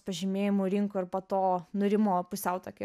pažymėjimų rinko ir po to nurimo pusiau tokia